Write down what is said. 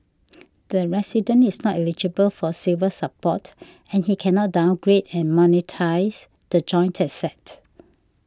the resident is not eligible for Silver Support and he cannot downgrade and monetise the joint asset